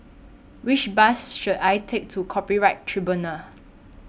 Which Bus should I Take to Copyright Tribunal